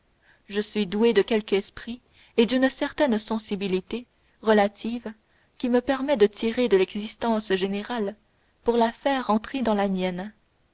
je suis douée de quelque esprit et d'une certaine sensibilité relative qui me permet de tirer de l'existence générale pour la faire entrer dans la mienne